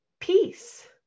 Peace